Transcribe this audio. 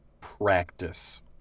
practice